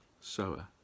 sower